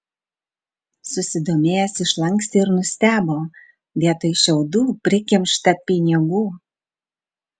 susidomėjęs išlankstė ir nustebo vietoj šiaudų prikimšta pinigų